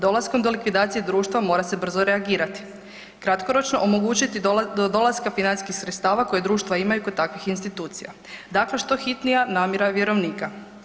Dolaskom do likvidacije društva mora se brzo reagirati, kratkoročno omogućiti do dolaska financijskih sredstava koja društva imaju kod takvih institucija, dakle što hitnija namjera vjerovnika.